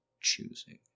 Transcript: choosing